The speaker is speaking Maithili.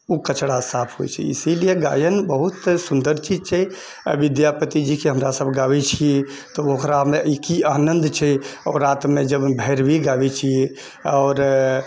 ओ कचरा साफ होइ छै इसीलिए गायन बहुत सुन्दर चीज छै आओर विद्यापतिजीके हमरा सब गाबै छी तऽ ओकरामे ई की आनन्द छै आओर रातिमे जब हम भैरवी गाबै छिए आओर